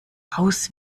aus